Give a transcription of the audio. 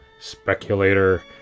speculator